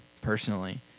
personally